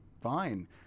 Fine